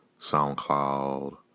SoundCloud